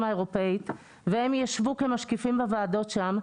האירופית והם ישבו כמשקיפים בוועדות שם,